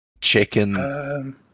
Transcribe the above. chicken